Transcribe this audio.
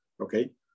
Okay